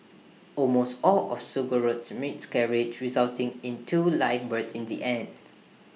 almost all of surrogates miscarried resulting in two live births in the end